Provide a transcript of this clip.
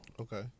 Okay